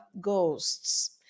ghosts